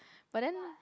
but then